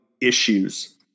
issues